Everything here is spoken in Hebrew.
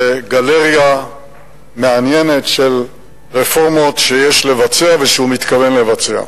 גלריה מעניינת של רפורמות שיש לבצע ושהוא מתכוון לבצע.